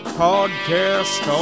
podcast